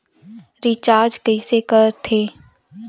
Recharge कइसे कर थे?